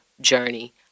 journey